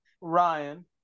ryan